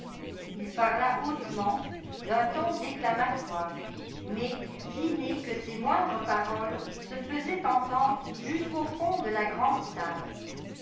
ii parla hautement d'un ton déclamatoire mais si net que ses moindres paroles se faisaient entendre jusqu'au fond de la grande salle